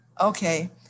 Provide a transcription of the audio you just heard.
Okay